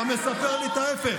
אתה מספר לי את ההפך.